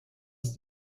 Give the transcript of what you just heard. ist